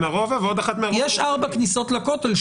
הרובע ועוד אחת --- יש ארבע כניסות לכותל,